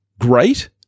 great